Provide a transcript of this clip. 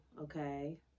Okay